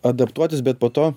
adaptuotis bet po to